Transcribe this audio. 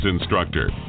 instructor